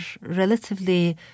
relatively